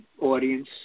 audience